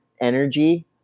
energy